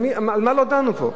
על מה לא דנו פה?